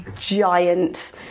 giant